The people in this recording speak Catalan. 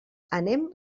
anem